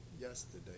yesterday